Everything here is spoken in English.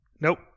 Nope